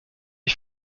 ich